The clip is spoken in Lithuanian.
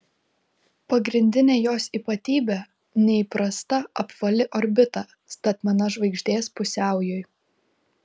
pagrindinė jos ypatybė neįprasta apvali orbita statmena žvaigždės pusiaujui